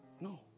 No